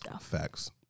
Facts